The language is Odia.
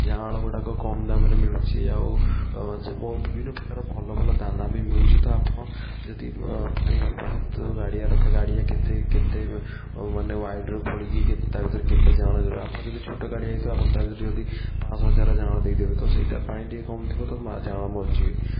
ଯାଆଁଳ ଗୁଡ଼ାକ କମ୍ ଦାମ୍ରେ ମିଳୁଚି ଆଉ ଯେ ବିଭିନ୍ନ ପ୍ରକାର ଭଲ ଭଲ ଦାନା ବି ମିଳୁଛି ତ ଆପଣ ଯଦି ପାଣି ବି ବହୁତ ଗାଡ଼ିଆରେ ରଖା ଗାଡ଼ିଆ କେତେ କେତେ ମାନେ ୱାଇଡ଼ିର ଖୋଳିକି କେତେ ତା ଭିତରେ କେତେ କେତେ ଯାଆଁଳା ଦେବେ ଆପଣ ଯଦି ଛୋଟ ଗାଡ଼ିଆ ହୋଇଥିବ ଯଦି ପାଞ୍ଚଶହ ହଜାର ଯାଆଁଳା ଦେଇଦେବେ ତ ସେଇଟା ପାଣି ଟିକେ କମ୍ ଥିବ ତ ଯାଆଁଳା ମରିଯିବେ